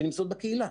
שנמצאות בקהילה.